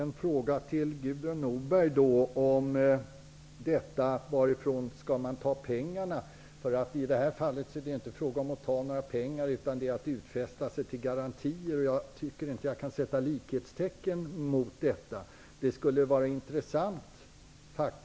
Herr talman! Jag har en fråga till Gudrun Norberg. Var skall pengarna tas från? I det här fallet är det inte fråga om att ta några pengar, utan det är fråga om att utfästa garantier. Jag tycker inte att jag kan sätta likhetstecken med detta.